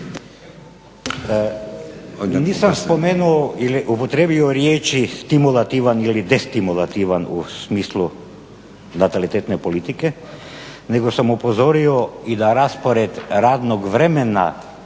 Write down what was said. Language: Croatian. Nisam spomenuo ili upotrijebio riječi stimulativan ili destimulativan u smislu natalitetne politike nego sam upozorio i da raspored radnog vremena